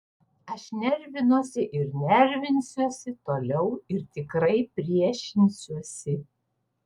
aš nervinuosi ir nervinsiuosi toliau ir tikrai priešinsiuosi